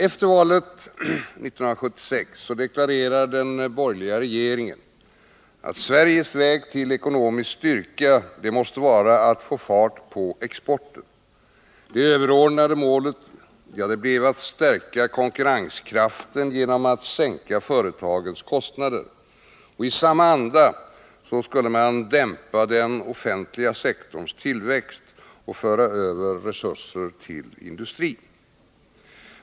Efter valet 1976 deklarerade den borgerliga regeringen att Sveriges väg till ekonomisk styrka måste vara att få fart på exporten. Det överordnade målet blev att stärka konkurrenskraften genom att sänka företagens kostnader. I samma anda skulle man dämpa den offentliga sektorns tillväxt och föra över resurser till industrin.